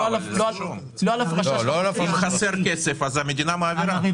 לא, אם חסר כסף אז המדינה מעבירה.